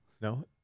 No